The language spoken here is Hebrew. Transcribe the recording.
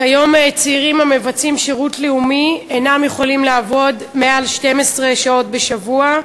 כיום צעירים המבצעים שירות לאומי אינם יכולים לעבוד מעל 12 שעות בשבוע.